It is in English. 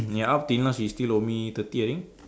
ya up till now she still owe me thirty I think